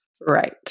Right